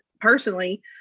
personally